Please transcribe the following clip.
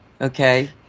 Okay